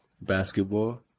Basketball